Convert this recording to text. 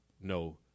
No